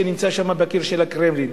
שם בקיר של הקרמלין.